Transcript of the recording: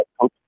Coach